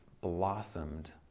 blossomed